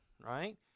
right